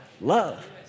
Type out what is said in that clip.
love